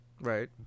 right